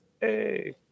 hey